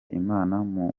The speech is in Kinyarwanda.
imana